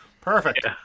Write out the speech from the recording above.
Perfect